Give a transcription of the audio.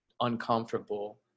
uncomfortable